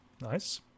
Nice